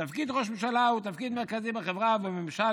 "תפקיד ראש ממשלה הוא תפקיד מרכזי בחברה ובממשל